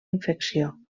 infecció